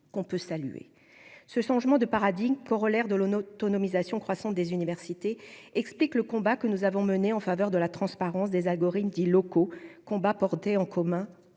qu'on peut saluer ce changement de paradigme corollaire de l'autonomisation croissante des universités, explique le combat que nous avons menées en faveur de la transparence des algorithmes locaux combat porté en commun